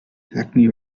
hackney